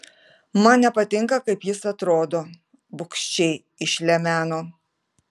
man nepatinka kaip jis atrodo bugščiai išlemeno